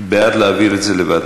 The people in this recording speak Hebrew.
בעד דיון